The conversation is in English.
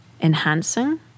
enhancing